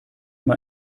mal